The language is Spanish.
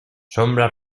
sombra